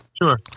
Sure